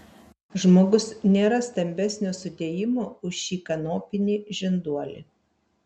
žmogus nėra stambesnio sudėjimo už šį kanopinį žinduolį